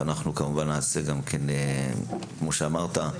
וכמו שאמרת,